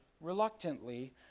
reluctantly